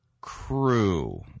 Crew